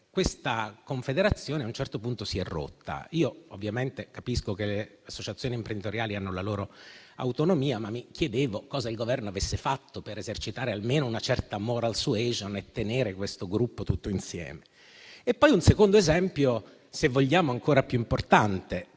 questa confederazione a un certo punto si è rotta. Capisco che le associazioni imprenditoriali abbiano la loro autonomia, ma mi chiedevo cosa il Governo avesse fatto per esercitare almeno una certa *moral suasion* e tenere questo gruppo tutto insieme. Vi è un secondo esempio, forse ancora più importante,